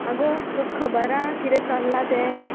आगो तुका खबर हां किदें चल्लां तें